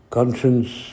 Conscience